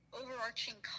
overarching